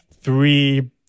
three